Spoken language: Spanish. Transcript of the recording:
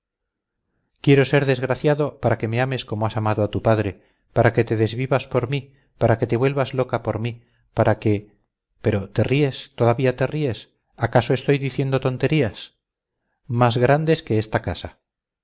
quiero ser desgraciado para que me ames como has amado a tu padre para que te desvivas por mí para que te vuelvas loca por mí para que pero te ríes todavía te ríes acaso estoy diciendo tonterías más grandes que esta casa